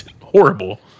horrible